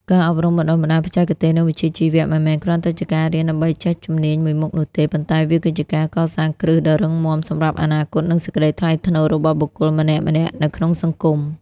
ការអប់រំបណ្ដុះបណ្ដាលបច្ចេកទេស និងវិជ្ជាជីវៈ មិនមែនគ្រាន់តែជាការរៀនដើម្បីចេះជំនាញមួយមុខនោះទេ ប៉ុន្តែវាគឺជាការកសាងគ្រឹះដ៏រឹងមាំសម្រាប់អនាគត និងសេចក្ដីថ្លៃថ្នូររបស់បុគ្គលម្នាក់ៗនៅក្នុងសង្គម។